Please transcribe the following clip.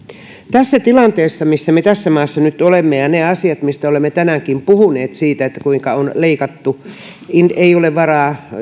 tässä tilanteessa missä me tässä maassa nyt olemme ja niiden asioiden vuoksi mistä olemme tänäänkin puhuneet siitä kuinka on leikattu ei ole varaa